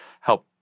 help